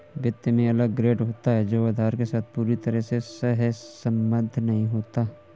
वित्त में अलग ग्रेड होता है जो आधार के साथ पूरी तरह से सहसंबद्ध नहीं होता है